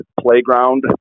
Playground